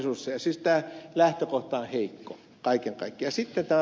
siis tämä lähtökohta on heikko kaiken kaikkiaan